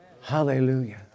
Hallelujah